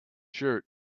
shirt